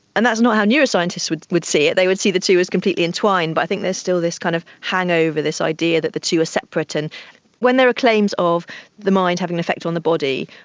and that's not how neuroscientists would would see it, they would see the two as completely intertwined, but i think there's still this kind of hangover, this idea that the two are separate. and when there are claims of the mind having an effect on the body,